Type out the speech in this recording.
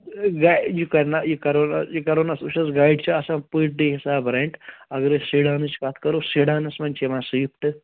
ہے گا یہِ کَرِ نا یہِ کَرو نا یہِ کرو نا وُچھ حظ گایِڈ چھِ آسان پٔر ڈے حِساب ریٚنٹ اَگر أسۍ سیٖڈانٕچ کَتھ کَرو سیٖڈانَس منٛز چھِ یِوان سُوِفٹہٕ